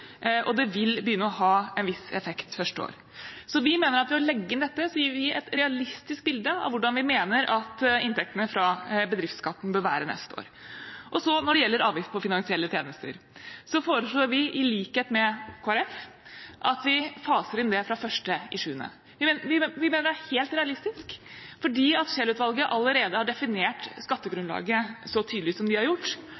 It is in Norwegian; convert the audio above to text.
og det vil begynne å ha en viss effekt første år. Så vi mener at ved å legge inn dette gir vi et realistisk bilde av hvordan vi mener inntektene fra bedriftsskatten bør være neste år. Når det gjelder avgift på finansielle tjenester, foreslår vi, i likhet med Kristelig Folkeparti, å fase inn det fra 1. juli. Vi mener det er helt realistisk, fordi Scheel-utvalget allerede har definert skattegrunnlaget så tydelig som de har gjort,